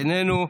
איננו,